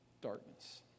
darkness